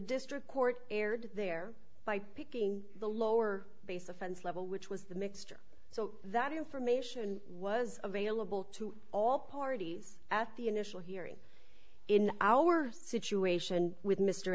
district court erred there by picking the lower base offense level which was the mixture so that information was available to all parties at the initial hearing in our situation with m